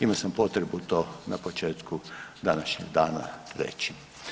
Imao sam potrebu to na početku današnjeg dana reći.